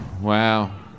Wow